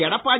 Edappadi